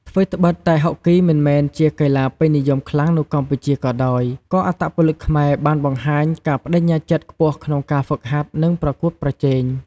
ថ្វីត្បិតតែហុកគីមិនមែនជាកីឡាពេញនិយមខ្លាំងនៅកម្ពុជាក៏ដោយ ក៏អត្តពលិកខ្មែរបានបង្ហាញការប្តេជ្ញាចិត្តខ្ពស់ក្នុងការហ្វឹកហាត់ និងប្រកួតប្រជែង។